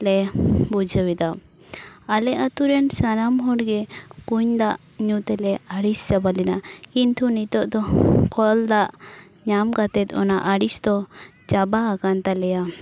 ᱞᱮ ᱵᱩᱡᱷᱟᱹᱣ ᱮᱫᱟ ᱟᱞᱮ ᱟᱛᱳ ᱨᱮᱱ ᱥᱟᱱᱟᱢ ᱦᱚᱲ ᱜᱮ ᱠᱩᱧ ᱫᱟᱜ ᱧᱩ ᱛᱮᱞᱮ ᱟᱲᱤᱥ ᱪᱟᱵᱟ ᱞᱮᱱᱟ ᱠᱤᱱᱛᱩ ᱱᱤᱛᱚᱜ ᱫᱚ ᱠᱚᱞ ᱫᱟᱜ ᱧᱟᱢ ᱠᱟᱛᱮᱫ ᱚᱱᱟ ᱟᱹᱲᱤᱥ ᱫᱚ ᱪᱟᱵᱟ ᱟᱠᱟᱱ ᱛᱟᱞᱮᱭᱟ